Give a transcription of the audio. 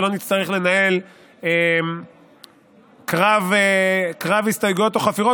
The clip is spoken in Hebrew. ושלא נצטרך לנהל קרב הסתייגויות או חפירות,